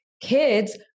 kids